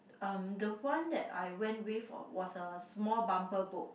um the one that I went with was a small bumper boat